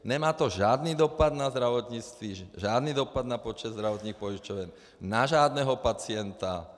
Nemá to žádný dopad na zdravotnictví, žádný dopad na počet zdravotních pojišťoven, na žádného pacienta.